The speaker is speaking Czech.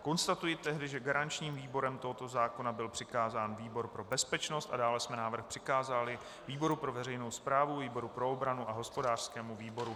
Konstatuji tedy, že garančním výborem tohoto zákona byl přikázán výbor pro bezpečnost a dále jsme návrh přikázali výboru pro veřejnou správu, výboru pro obranu a hospodářskému výboru.